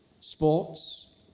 sports